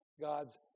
God's